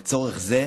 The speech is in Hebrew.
לצורך זה,